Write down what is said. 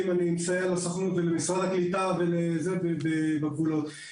זה אותה הצהרה מפורסמת.